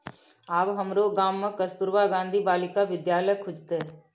आब हमरो गाम मे कस्तूरबा गांधी बालिका विद्यालय खुजतै